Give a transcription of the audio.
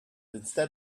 instead